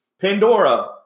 Pandora